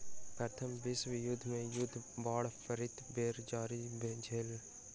प्रथम विश्व युद्ध मे युद्ध बांड पहिल बेर जारी भेल छल